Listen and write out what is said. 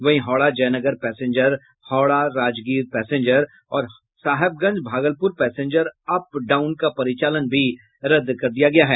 वहीं Howrah Jaynagar passenger Howrah Rajgir passenger और Sahebganj Bhagalpur passenger up down का परिचालन भी रद्द कर दिया गया है